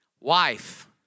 wife